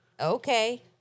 Okay